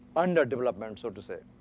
underdevelopment so to say.